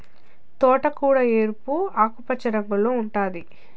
తోటకూర ఎరుపు, ఆకుపచ్చ రంగుల్లో ఉంటాది